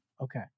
Okay